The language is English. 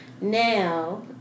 Now